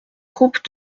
groupes